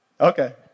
Okay